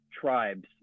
tribes